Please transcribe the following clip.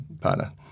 partner